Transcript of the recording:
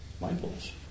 mindfulness